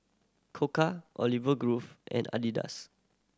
Koka Olive Grove and Adidas